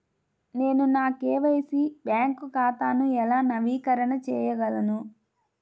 నేను నా KYC bank ఖాతాను ఎలా నవీకరణ చేయగలను?